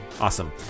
Awesome